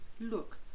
look